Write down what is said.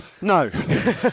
No